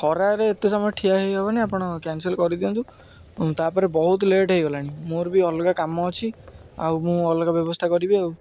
ଖରାରେ ଏତେ ସମୟ ଠିଆ ହେଇ ହେବନି ଆପଣ କ୍ୟାନସେଲ କରିଦିଅନ୍ତୁ ତାପରେ ବହୁତ ଲେଟ୍ ହେଇଗଲାଣି ମୋର ବି ଅଲଗା କାମ ଅଛି ଆଉ ମୁଁ ଅଲଗା ବ୍ୟବସ୍ଥା କରିବି ଆଉ